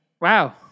Wow